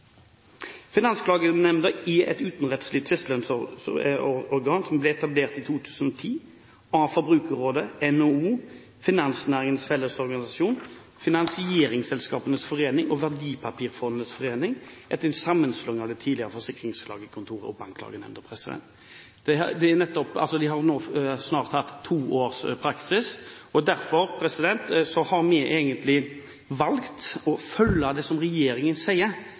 Finansklagenemnda er et utenomrettslig tvisteløsningsorgan som ble etablert i 2010 av Forbrukerrådet, NHO, Finansnæringens Fellesorganisasjon, Finansieringsselskapenes Forening og Verdipapirfondenes forening, etter en sammenslåing av det tidligere Forsikringsklagekontoret og Bankklagenemnda. De har nå snart hatt to års praksis, og derfor har vi egentlig valgt å følge